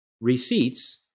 receipts